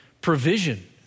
Provision